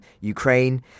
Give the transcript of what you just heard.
Ukraine